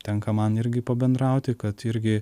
tenka man irgi pabendrauti kad irgi